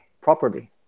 properly